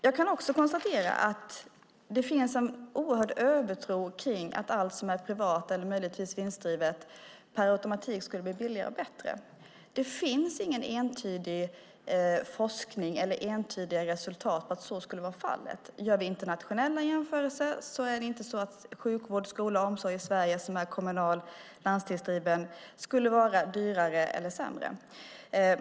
Jag kan också konstatera att det finns en oerhörd övertro på att allt som är privat eller möjligtvis vinstdrivet per automatik skulle bli billigare och bättre. Det finns ingen entydig forskning eller entydiga resultat som visar att så skulle vara fallet. Om vi gör internationella jämförelser är kommunal eller landstingsdriven sjukvård, skola och omsorg i Sverige inte dyrare eller sämre.